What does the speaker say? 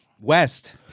west